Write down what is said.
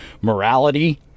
morality